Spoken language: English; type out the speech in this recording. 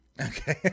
Okay